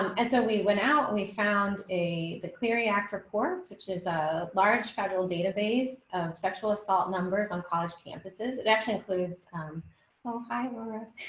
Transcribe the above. and so we went out. we found a the cleary act report, which is a large federal database of sexual assault numbers on college campuses. it actually includes oh, hi. catherine